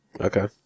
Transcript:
Okay